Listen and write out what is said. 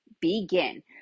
begin